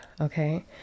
Okay